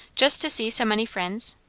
just to see so many friends?